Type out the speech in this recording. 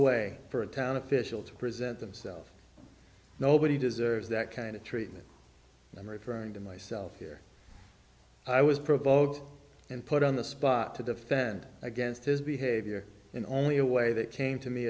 way for a town official to present himself nobody deserves that kind of treatment i'm referring to myself here i was provoked and put on the spot to defend against his behavior in only a way that came to me